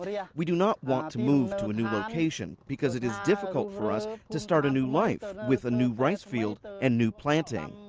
ah yeah we do not want to move to a new location because it's difficult for us to start a new life with a new ricefield and new planting.